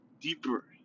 deeper